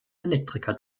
elektriker